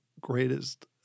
greatest